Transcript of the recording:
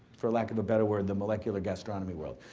for lack of a better word, the molecular gastronomy world.